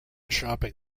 shopping